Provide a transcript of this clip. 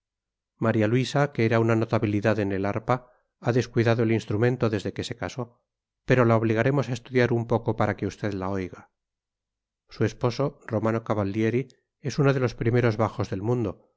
maría luisa que era una notabilidad en el arpa ha descuidado el instrumento desde que se casó pero la obligaremos a estudiar un poco para que usted la oiga su esposo romano cavallieri es uno de los primeros bajos del mundo